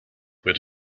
with